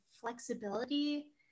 flexibility